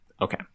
Okay